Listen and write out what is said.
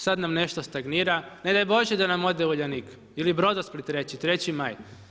Sada nam nešto stagnira, ne daj Bože da nam ode Uljanik ili Brodosplit, 3.Maj.